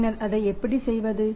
பின்னர் அதை எப்படி செய்வது